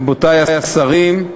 רבותי השרים,